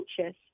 anxious